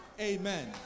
amen